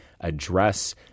address